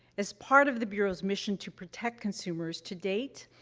as part of the bureau's mission to protect consumers, to date,